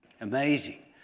Amazing